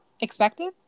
Expected